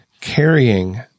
carrying